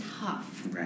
tough